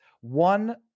one